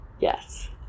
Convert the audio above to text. Yes